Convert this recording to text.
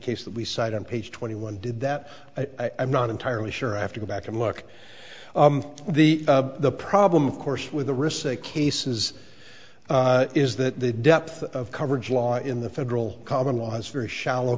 case that we cited on page twenty one did that i am not entirely sure i have to go back and look the the problem of course with the receipt cases is that the depth of coverage law in the federal common law is very shallow